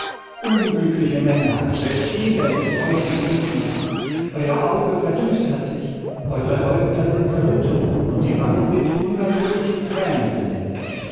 unglückliche männer welch elend ist euch begegnet euer auge verdüstert sich eure häupter sind zerrüttet und die wangen mit unnatürlichen thränen benetzt